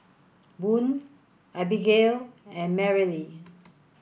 Boone Abigail and Merrily